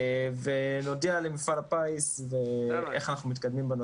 נודיע למפעל הפיס איך אנחנו מתקדמים.